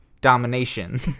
domination